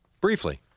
Briefly